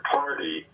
party